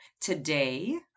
Today